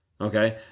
Okay